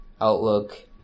Outlook